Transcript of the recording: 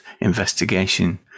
investigation